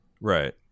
Right